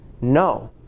No